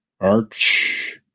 Arch